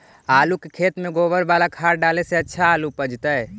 आलु के खेत में गोबर बाला खाद डाले से अच्छा आलु उपजतै?